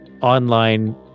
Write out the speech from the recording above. online